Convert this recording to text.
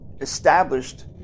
established